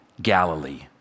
Galilee